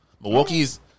Milwaukee's